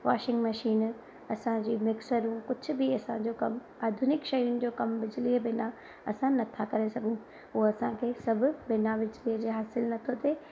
washing मशीनूं असांजे मिक्सरूं कुझ बि असांजो कमु आधुनिक शयुनि जो कमु बिजलीअ जे बिना असां न था करे सघूं उहे असांखे सभु बिना बिजलीअ जे हासिल नथो थिए